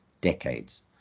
decades